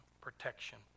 protection